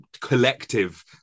collective